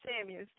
Samuel